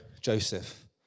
Joseph